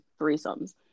threesomes